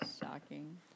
Shocking